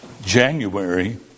January